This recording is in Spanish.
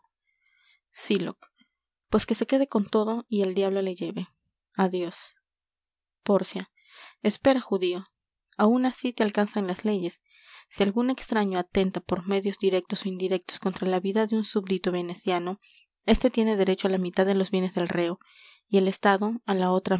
sylock pues que se quede con todo y el diablo le lleve adios pórcia espera judío áun así te alcanzan las leyes si algun extraño atenta por medios directos ó indirectos contra la vida de un súbdito veneciano éste tiene derecho á la mitad de los bienes del reo y el estado á la otra